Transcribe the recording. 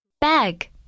bag